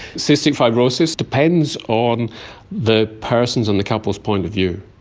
cystic fibrosis depends on the person's and the couple's point of view.